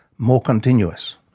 more continuous.